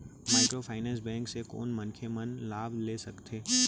Microfinance bank से कोन मनखे मन लाभ ले सकथे?